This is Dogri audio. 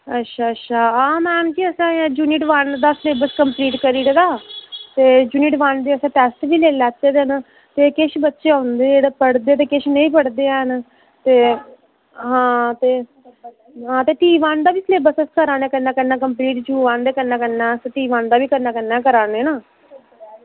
अच्छा अच्छा आं मैडम जी असें युनिट वन दा सिलेब्स पूरा करी ओड़दा ते युनिट वन दे असें टेस्ट बी लेई लैते दे न ते किश बच्चे औंदे ते किश बच्चे नेईं पढ़दे न ते आं ते टी वन दा सिलेब्स बी अस कन्नै कन्नै करा नै आं सिलेब्स कंप्लीट यू वन दे कन्नै कन्नै टी वन दा बी अस कराने न